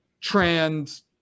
trans